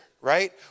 Right